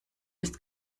ist